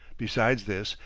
besides this,